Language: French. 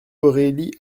aurélie